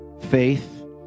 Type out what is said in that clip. faith